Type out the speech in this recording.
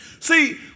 See